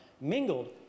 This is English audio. mingled